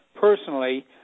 personally